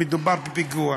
"מדובר בפיגוע".